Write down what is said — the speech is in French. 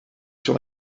sur